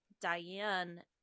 Diane